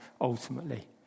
ultimately